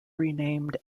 renamed